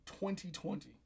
2020